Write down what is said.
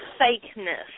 fakeness